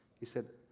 he said,